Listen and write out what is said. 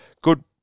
good